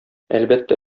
әлбәттә